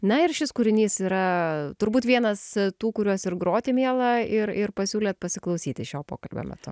na ir šis kūrinys yra turbūt vienas tų kuriuos ir groti miela ir ir pasiūlėt pasiklausyti šio pokalbio metu